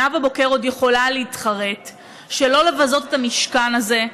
נאוה בוקר עוד יכולה להתחרט ולא לבזות את המשכן הזה,